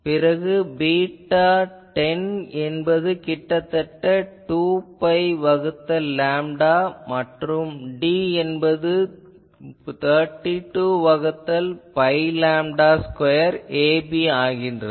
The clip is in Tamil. பிறகு β10 என்பது கிட்டத்தட்ட 2 பை வகுத்தல் லேம்டா மற்றும் D என்பது 32 வகுத்தல் பை லேம்டா ஸ்கொயர் ab ஆகின்றது